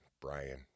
Brian